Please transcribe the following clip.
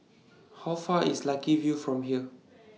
How Far IS Lucky View from here